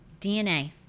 DNA